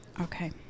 Okay